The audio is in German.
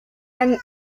ein